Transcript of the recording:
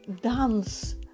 dance